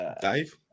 dave